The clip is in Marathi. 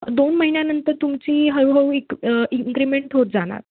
दोन महिन्यानंतर तुमची हळूहळू इक् इन्क्रीमेंट होत जाणार